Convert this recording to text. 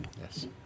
Yes